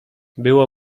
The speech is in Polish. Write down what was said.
było